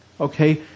Okay